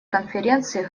конференции